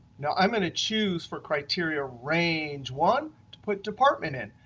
now i'm going to choose for criteria range one to put department in.